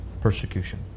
persecution